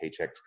paychecks